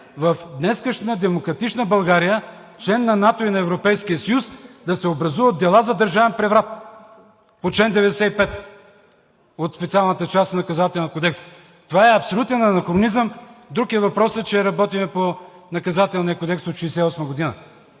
в днешна демократична България – член на НАТО и Европейския съюз, да се образуват дела за държавен преврат по чл. 95 от Специалната част на Наказателния кодекс? Това е абсолютен анахронизъм! Друг е въпросът, че работим по Наказателния кодекс от 1968 година,